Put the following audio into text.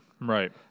Right